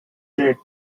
death